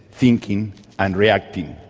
thinking and reacting.